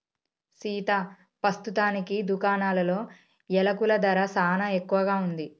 సీతా పస్తుతానికి దుకాణాలలో యలకుల ధర సానా ఎక్కువగా ఉంది